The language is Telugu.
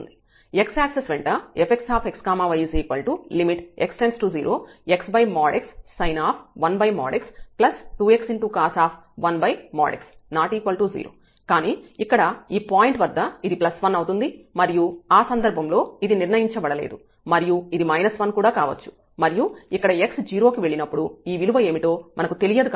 x యాక్సిస్ వెంట fxxy x→0xxsin 1x 2xcos1|x|0 కానీ ఇక్కడ ఈ పాయింట్ వద్ద ఇది 1 అవుతుంది మరియు ఆ సందర్భంలో ఇది నిర్ణయించబడలేదు మరియు ఇది 1 కూడా కావచ్చు మరియు ఇక్కడ x 0 కి వెళ్ళినప్పుడు ఈ విలువ ఏమిటో మనకు తెలియదు